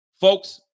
Folks